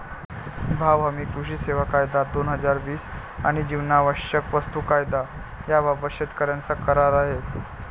भाव हमी, कृषी सेवा कायदा, दोन हजार वीस आणि जीवनावश्यक वस्तू कायदा याबाबत शेतकऱ्यांचा करार आहे